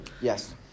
yes